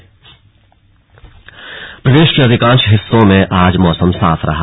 slug मौसम प्रदेश के अधिकांश हिस्सों में आज मौसम साफ रहा